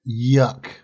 Yuck